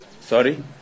sorry